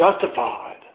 justified